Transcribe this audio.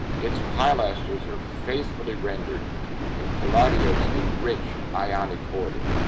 its pilasters are faithfully rendered in palladio's enriched ionic order.